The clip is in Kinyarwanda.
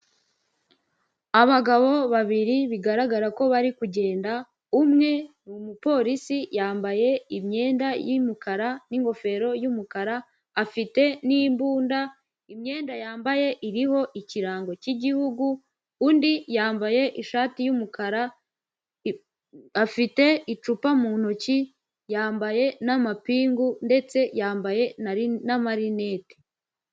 Abagabo babiri bigaragara ko bari kugenda umwe n'umupolisi yambaye imyenda y'umukara n'igofero yumukara afite n'imbunda imyenda yambaye iriho ikirango cy'igihugu undi yambaye ishati yumukara afite icupa mu ntoki yambaye n'amapingu ndetse yambaye na marinete.